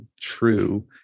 true